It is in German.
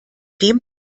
dem